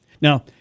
Now